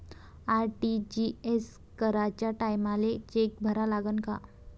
RTGS कराच्या टायमाले cheque भरा लागन का?